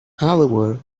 however